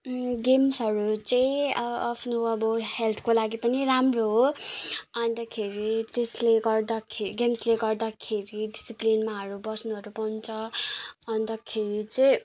गेम्सहरू चाहिँ आफ्नो अब हेल्थको लागि पनि राम्रो हो अन्तखेरि त्यसले गर्दाखे गेम्सले गर्दाखेरि डिसिप्लिनमाहरू बस्नुहरू पाउँछ अन्तखेरि चाहिँ